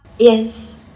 Yes